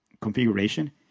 configuration